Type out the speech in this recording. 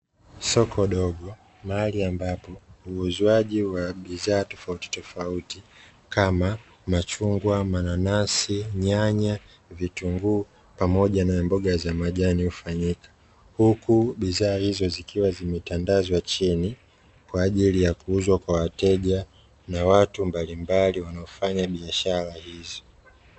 Soko dogo mahali ambapo uuzwaji wa bidhaa tofauti tofauti kama machungwa, mananasi, nyanya, vitunguu pamoja na mboga za majani hufanyika huku bidhaa hizo zikiwa zimetandazwa chini kwa ajili ya kuuzwa kw wateja na watu mbalimbali wanaouza bidhaa hizi.